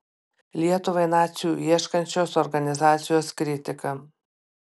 lietuvai nacių ieškančios organizacijos kritika